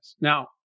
Now